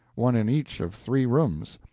one in each of three rooms.